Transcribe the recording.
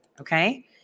okay